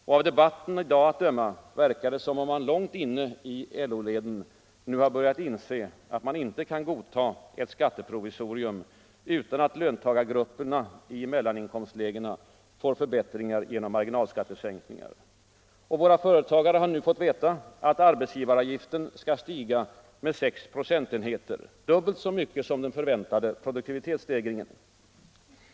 Och av debatten i dag att döma verkar det som om man långt inne i LO-leden nu har börjat inse att man inte kan godta ett skatteprovisorium utan att löntagargrupperna i mellaninkomstlägena får förbättringar genom marginalskattesänkningar. Våra företagare har nu fått veta att arbetsgivaravgifterna skall stiga med sex procentenheter — dubbelt så mycket som den förväntade produktivitetsstegringen.